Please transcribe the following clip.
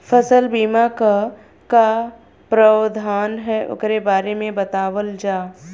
फसल बीमा क का प्रावधान हैं वोकरे बारे में बतावल जा?